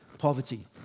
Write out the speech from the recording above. poverty